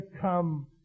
come